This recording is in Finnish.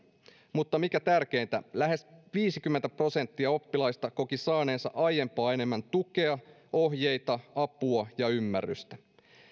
mutta mikä tärkeintä lähes viisikymmentä prosenttia oppilaista koki saaneensa aiempaa enemmän tukea ohjeita apua ja ymmärrystä